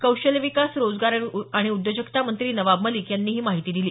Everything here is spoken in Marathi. कौशल्य विकास रोजगार आणि उद्योजकता मंत्री नवाब मलिक यांनी ही माहिती दिली